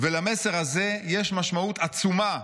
ולמסר הזה יש משמעות עצומה,